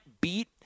beat